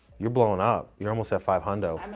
you're blowing up. you're almost at five hondo.